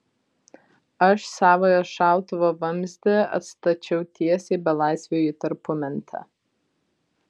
aš savojo šautuvo vamzdį atstačiau tiesiai belaisviui į tarpumentę